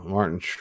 Martin